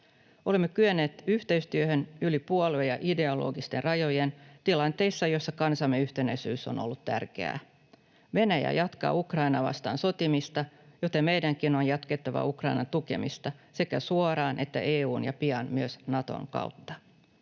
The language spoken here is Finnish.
Olemme kyenneet yhteistyöhön yli puolue‑ ja ideologisten rajojen tilanteissa, joissa kansamme yhtenäisyys on ollut tärkeää. Venäjä jatkaa Ukrainaa vastaan sotimista, joten meidänkin on jatkettava Ukrainan tukemista sekä suoraan että EU:n ja pian myös Naton kautta.